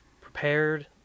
prepared